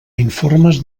informes